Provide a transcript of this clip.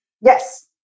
Yes